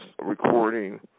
recording